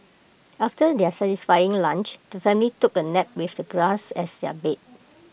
after their satisfying lunch the family took A nap with the grass as their bed